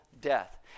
death